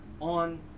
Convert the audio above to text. on